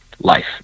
life